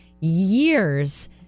years